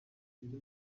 yari